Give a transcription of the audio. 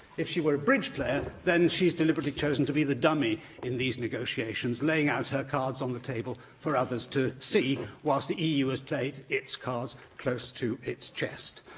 if she were a bridge player, then she's deliberately chosen to be the dummy in these negotiations, laying out her cards on the table for others to see, whilst the eu has played its cards close to its chest.